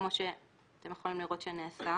כמו שאתם יכולים לראות שנעשה,